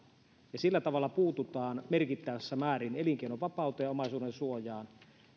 ja sillä tavalla puututaan merkittävässä määrin elinkeinovapauteen ja omaisuudensuojaan